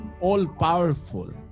all-powerful